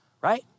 right